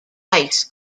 ice